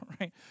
right